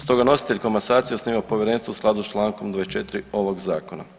Stoga nositelj komasacije osniva povjerenstvo u skladu s čl. 24. ovog zakona.